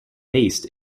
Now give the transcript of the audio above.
based